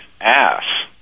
ass